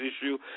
issue